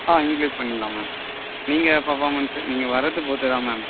ஆ நீங்கள் யூஸ் பண்ணிடலாம் மேம் நீங்கள் பர்ஃபார்மென்ஸ்ஸு நீங்கள் வர்றது பொறுத்து தான் மேம்